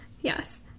Yes